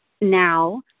now